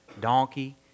donkey